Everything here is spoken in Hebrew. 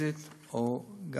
פיזית או מילולית.